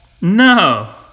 No